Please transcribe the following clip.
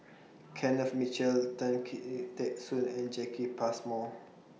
Kenneth Mitchell Tan Teck Soon and Jacki Passmore